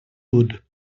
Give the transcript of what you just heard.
wood